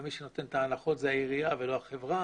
ומי שנותן את ההנחות זה העירייה ולא החברה,